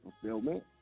fulfillment